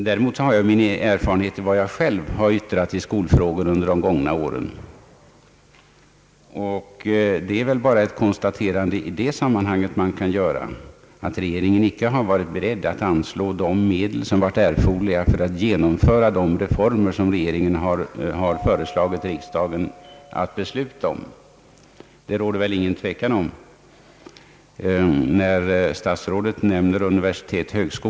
Däremot vet jag ju mycket väl vad jag själv har yttrat i skolfrågor under de gångna åren. Man kan i detta sammanhang göra ett konstaterande att regeringen inte har varit beredd att anslå de medel som varit erforderliga för att genomföra de reformer som regeringen har föreslagit riksdagen att besluta om. Det råder väl ingen tvekan om detta. Statsrådet nämnde universitet och högskolor.